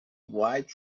white